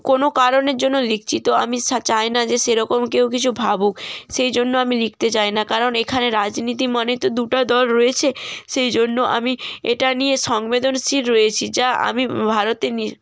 কোনও কারণের জন্য লিখছি তো আমি চাই না যে সেরকম কেউ কিছু ভাবুক সেই জন্য আমি লিখতে চাই না কারণ এখানে রাজনীতি মানে তো দুটা দল রয়েছে সেই জন্য আমি এটা নিয়ে সংবেদনশীল রয়েছি যা আমি ভারতে নি